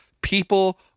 people